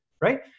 right